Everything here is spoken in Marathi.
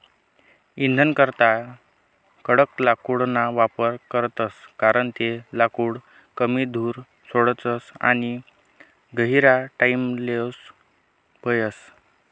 इंधनकरता कडक लाकूडना वापर करतस कारण ते लाकूड कमी धूर सोडस आणि गहिरा टाइमलोग बयस